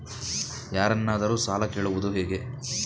ಯಾರನ್ನಾದರೂ ಸಾಲ ಕೇಳುವುದು ಹೇಗೆ?